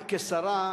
השרה,